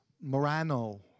morano